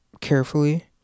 carefully